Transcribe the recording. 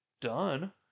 done